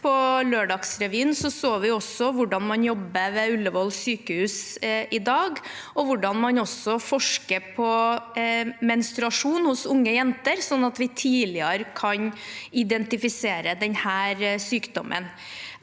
på Lørdagsrevyen så vi hvordan man jobber ved Ullevål sykehus i dag, og hvordan man også forsker på menstruasjon hos unge jenter, slik at vi tidligere kan identifisere denne sykdommen.